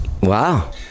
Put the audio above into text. Wow